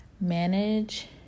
manage